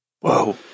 Whoa